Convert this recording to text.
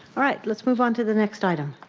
all right, let's move on to the next item.